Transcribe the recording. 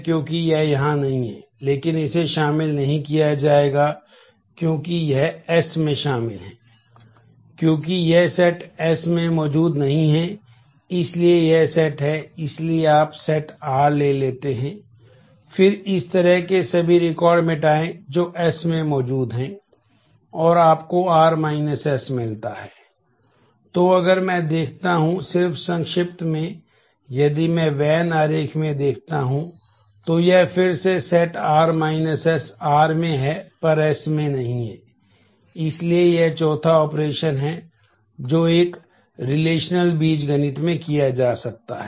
क्योंकि यह set s में मौजूद नहीं है इसलिए यह सेट बीजगणित में किया जा सकता है